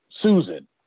Susan